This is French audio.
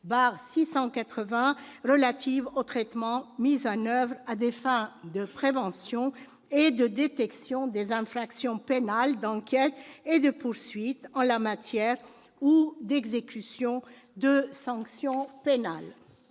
par les autorités compétentes à des fins de prévention et de détection des infractions pénales, d'enquêtes et de poursuites en la matière ou d'exécution de sanctions pénales.